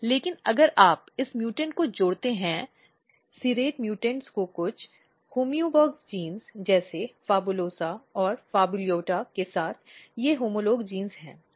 लेकिन अगर आप इस म्यूटेंट को जोड़ते हैं सीरेट म्यूटेंट को कुछ होमोबॉक्स जीन जैसे PHABULOSA और PHABULOTA के साथ ये होमोलोग जीन हैं